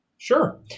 Sure